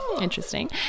Interesting